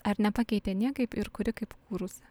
ar nepakeitė niekaip ir kuri kaip kūrusi